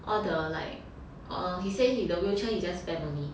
all the like err he say he the wheelchair he just spam only